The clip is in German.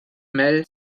mel